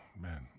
man